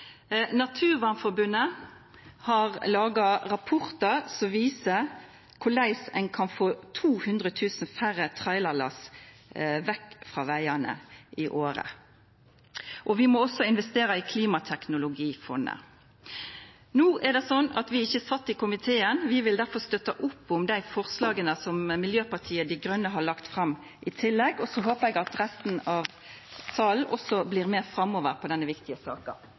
Naturvernforbundet har laga rapportar som viser korleis ein kan få 200 000 færre trailerlass i året vekk frå vegane. Vi må også investera i Klimateknologifondet. No er det slik at vi ikkje sit i komiteen. Vi vil difor stø opp om dei forslaga som Miljøpartiet Dei Grøne har lagt fram i tillegg. Så håpar eg at resten av salen også blir med på denne viktige saka